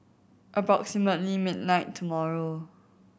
approximately midnight tomorrow